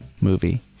movie